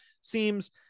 seems